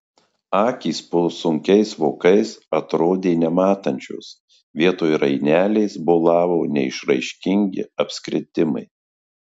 akys po sunkiais vokais atrodė nematančios vietoj rainelės bolavo neišraiškingi apskritimai